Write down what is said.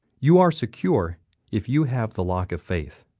you are secure if you have the lock of faith.